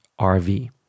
RV